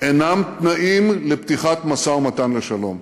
אינם תנאים לפתיחת משא-ומתן לשלום.